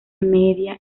media